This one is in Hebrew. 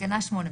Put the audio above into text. בתקנה 8,